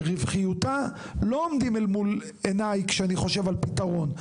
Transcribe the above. ורווחיותה לא עומדים אל מול עיניי כשאני חושב על פתרון;